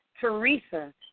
Teresa